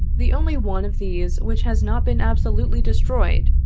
the only one of these which has not been absolutely destroyed,